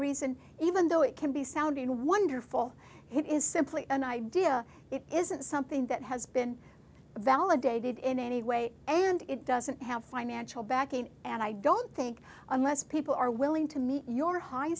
reason even though it can be sounding wonderful it is simply an idea it isn't something that has been validated in any way and it doesn't have financial backing and i don't think unless people are willing to meet your high